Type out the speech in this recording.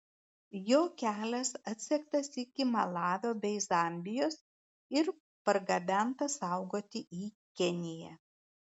jo kelias atsektas iki malavio bei zambijos ir pargabentas saugoti į keniją